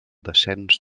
descens